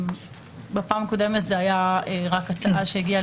בפעם הקודמת זו היית רק הצעה שהגיעה